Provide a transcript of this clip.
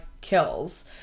kills